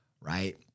right